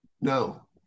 No